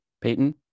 peyton